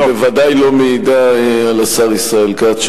היא בוודאי לא מעידה על השר ישראל כץ,